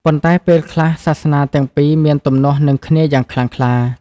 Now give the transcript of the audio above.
ប៉ុន្តែ ពេលខ្លះសាសនាទាំងពីរមានទំនាស់នឹងគ្នាយ៉ាងខ្លាំងក្លា។